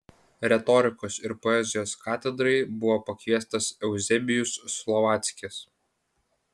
retorikos ir poezijos katedrai buvo pakviestas euzebijus slovackis